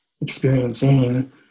Experiencing